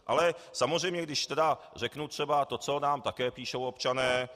Ale samozřejmě když řeknu třeba to, co nám také píšou občané...